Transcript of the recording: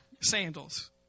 Sandals